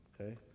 okay